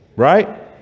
Right